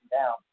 down